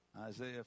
Isaiah